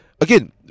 Again